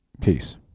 Peace